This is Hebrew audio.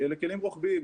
אלה כלים רוחביים.